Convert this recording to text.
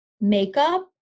makeup